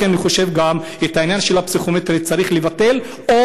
לכן אני חושב שאת העניין של הפסיכומטרי צריך לבטל או